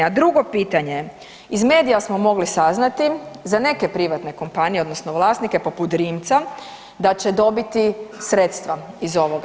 A drugo pitanje, iz medija smo mogli saznati za neke privatne kompanije odnosno vlasnike, poput Rimca, da će dobiti sredstva iz ovoga.